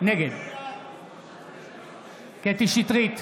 נגד קטי קטרין שטרית,